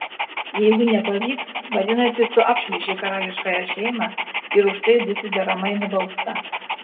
jeigu nepavyks vadinasi tu apšmeižei karališkąją šeimą ir už tai būsi deramai nubausta